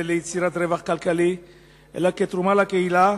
ליצירת רווח כלכלי אלא כתרומה לקהילה,